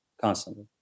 constantly